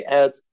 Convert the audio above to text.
add